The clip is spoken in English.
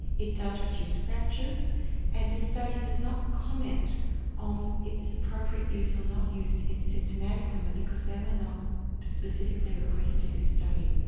it does reduce fractures and the study does not comment on its appropriate use or not use in symptomatic women because they were not specifically recruited to this study.